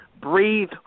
breathe